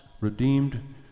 Redeemed